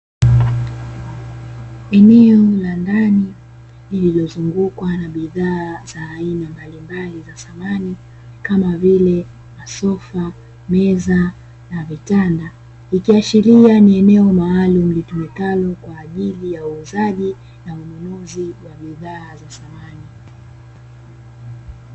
Eneo la ndani lililozungukwa na bidhaa za aina mbalimbali za samani, kama vile masofa, meza na vitanda ikiashiria ni eneo maalumu litumikalo kwa ajili ya uuzaji na ununuzi wa bidhaa za samani.